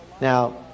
now